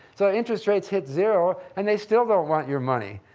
so interest rates hit zero and they still don't want your money.